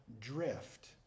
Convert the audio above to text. drift